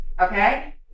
Okay